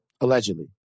Allegedly